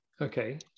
Okay